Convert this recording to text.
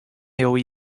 heal